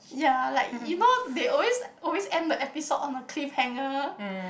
ya like you know they always always end the episode on a cliff hanger